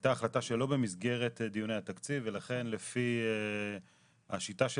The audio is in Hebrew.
הייתה החלטה שלא במסגרת דיוני התקציב ולכן לפי השיטה של